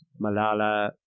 Malala